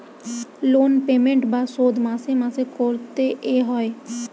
loan payment বা শোধ মাসে মাসে করতে এ হয়